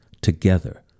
together